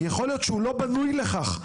יכול להיות שהוא לא בנוי לכך.